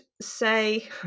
say